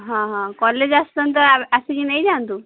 ହଁ ହଁ କଲେଜ୍ ଆସୁଛନ୍ତି ତ ଆସିକି ନେଇଯାଆନ୍ତୁ